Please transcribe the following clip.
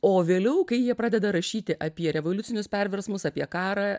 o vėliau kai jie pradeda rašyti apie revoliucinius perversmus apie karą